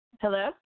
hello